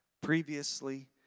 previously